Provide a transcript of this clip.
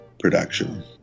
production